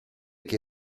che